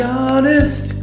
honest